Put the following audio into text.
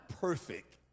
perfect